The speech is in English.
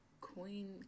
queen